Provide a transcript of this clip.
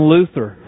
Luther